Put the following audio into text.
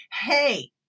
hey